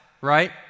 right